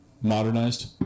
modernized